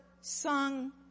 sung